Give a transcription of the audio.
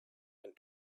and